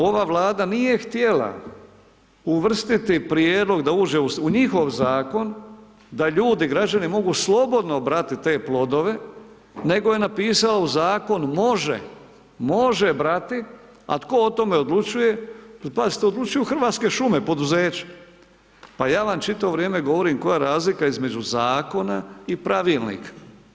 Ova Vlada nije htjela uvrstiti prijedlog da uđe u njihov zakon da ljudi, građani mogu slobodno brati te plodove, nego je napisala u zakon može, može brati a tko o tome odlučuje, jer pazite odlučuju Hrvatske šume poduzeće, pa ja vam čitavo vrijeme govorim koja je zakona između zakona i pravilnika.